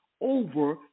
over